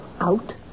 Out